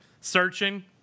Searching